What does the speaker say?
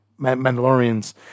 Mandalorians